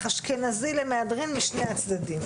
אשכנזי למהדרין משני הצדדים.